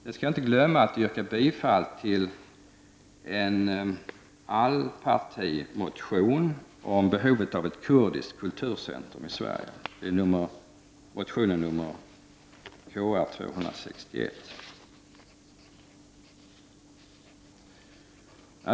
Jag skall inte heller glömma att yrka bifall till en allpartimotion om behovet av ett kurdiskt kulturcentrum i Sverige, nämligen motion Kr261.